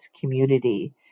community